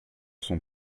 sont